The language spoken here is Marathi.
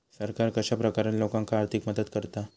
सरकार कश्या प्रकारान लोकांक आर्थिक मदत करता?